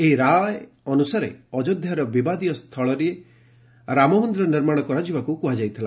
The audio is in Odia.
ଏହି ରାୟ ଅନୁସାରେ ଅଯୋଧ୍ୟାର ବିବାଦୀୟ ସ୍ଥଳୀରେ ରାମମନ୍ଦିର ନିର୍ମାଣ କରାଯିବାକୁ କୁହାଯାଇଥିଲା